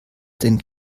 denn